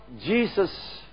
Jesus